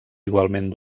igualment